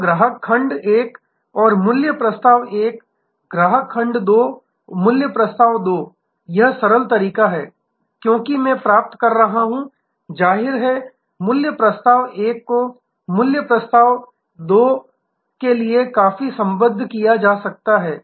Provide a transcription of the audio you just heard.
तो ग्राहक खंड 1 और मूल्य प्रस्ताव 1 ग्राहक खंड 2 और मूल्य प्रस्ताव 2 यह सरल तरीका है क्योंकि मैं प्राप्त कर रहा हूं जाहिर है मूल्य प्रस्ताव 1 को मूल्य प्रस्ताव 2 के लिए काफी संबद्ध किया जा सकता है